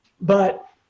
But-